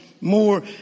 more